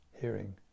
hearing